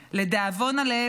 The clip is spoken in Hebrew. לדאבון הלב,